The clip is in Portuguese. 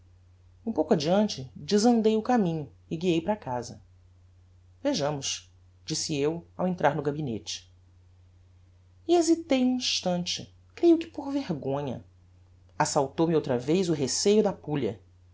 um pouco adeante desandei o caminho e guiei para casa vejamos disse eu ao entrar no gabinete e hesitei um instante creio que por vergonha assaltou-me outra vez o receio da pulha